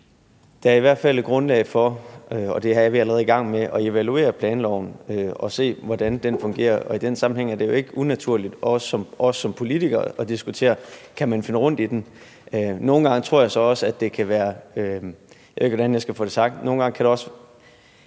Der er i hvert fald et grundlag for – og vi er allerede i gang med at evaluere planloven – at se på, hvordan planloven fungerer. Og i den sammenhæng er det jo ikke unaturligt også som politikere at diskutere, om man kan finde rundt i den. Nogle gange tror jeg så også, at det kan være – jeg ved ikke, hvordan jeg skal få det sagt – lidt rart, at det lyder,